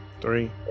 Three